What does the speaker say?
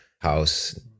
house